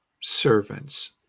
servants